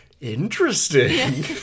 Interesting